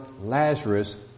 Lazarus